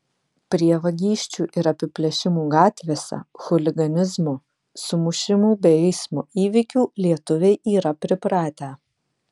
prie vagysčių ir apiplėšimų gatvėse chuliganizmo sumušimų bei eismo įvykių lietuviai yra pripratę